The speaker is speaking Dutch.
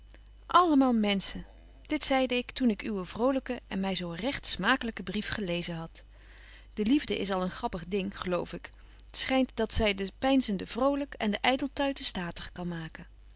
menschen dit zeide ik toen ik uwen vrolyken en my zo regt smakelyken brief gelezen had de liefde is al een grappig ding geloof ik t schynt dat zy de peinzende vrolyk en de ydeltuiten statig kan maken